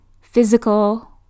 physical